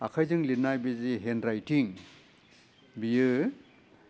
आखाइजों लिरनाय बि जे हेन्ड राइथिं बेयो